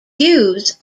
queues